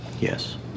Yes